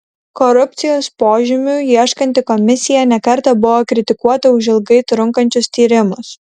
korupcijos požymių ieškanti komisija ne kartą buvo kritikuota už ilgai trunkančius tyrimus